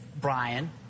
Brian